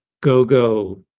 go-go